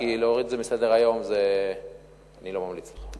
כי להוריד את זה מסדר-היום אני לא ממליץ לך.